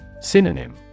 Synonym